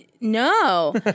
No